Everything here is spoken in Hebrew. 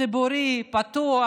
ציבורי פתוח,